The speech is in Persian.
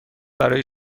برای